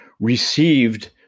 Received